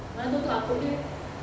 mana tahu tu atuk dia